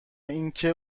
اینکه